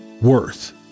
worth